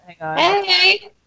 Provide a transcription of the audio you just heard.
Hey